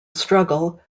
struggle